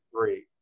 three